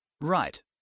Right